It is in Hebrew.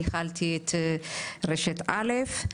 ניהלתי את רשת א'.